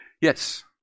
Yes